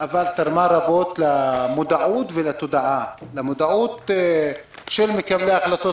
אבל היא תרמה רבות למודעות של מקבלי ההחלטות,